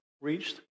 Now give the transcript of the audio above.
reached